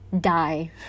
Die